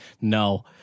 No